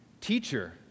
Teacher